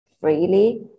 freely